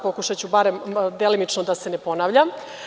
Pokušaću bar delimično da se ne ponavljam.